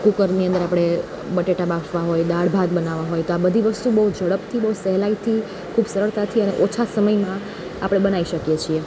કુકરની અંદર આપણે બટેટા બાફવા હોય દાળ ભાત બનાવવા હોય તો આ બધી વસ્તુ બહુ ઝડપથી બહુ સહેલાઈથી ખૂબ સરળતાથી અને ખૂબ ઓછા સમયમાં આપણે બનાવી શકીએ છીએ